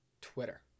Twitter